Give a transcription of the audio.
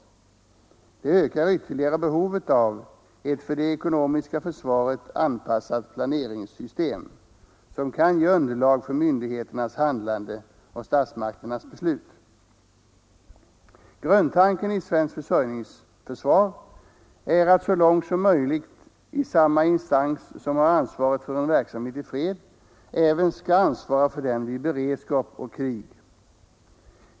Det ökar ytterligare behovet av ett för det ekonomiska försvaret anpassat planeringssystem, som kan ge underlag för myndigheternas handlande och statsmakternas beslut. Grundtanken i svenskt försörjningsförsvar är att så långt som möjligt samma instans som har ansvaret för en verksamhet i fred även skall ansvara för den vid beredskap och krig.